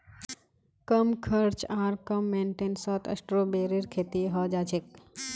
कम खर्च आर कम मेंटेनेंसत स्ट्रॉबेरीर खेती हैं जाछेक